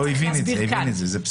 הוא הבין את זה.